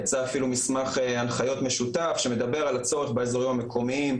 יצא אפילו מסמך של הנחיות משותף שמדבר על הצורך באזורים המקומיים,